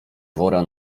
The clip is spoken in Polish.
wora